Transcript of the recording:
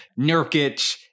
Nurkic